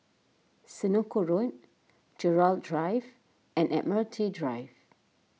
Senoko Road Gerald Drive and Admiralty Drive